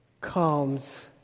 comes